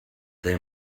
they